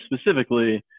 specifically